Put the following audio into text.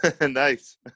Nice